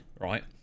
right